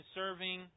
serving